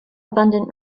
abundant